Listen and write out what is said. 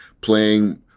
playing